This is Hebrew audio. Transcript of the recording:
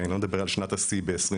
אני לא מדבר על שנת השיא ב-2021.